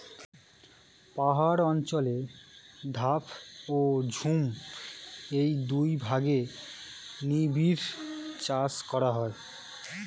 পাহাড় অঞ্চলে ধাপ ও ঝুম এই দুই ভাগে নিবিড় চাষ করা হয়